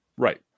Right